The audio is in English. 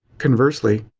conversely,